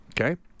Okay